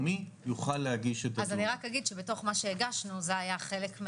דווקא להגיד כמה דברים על תהליכים שאני רואה,